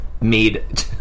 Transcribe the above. made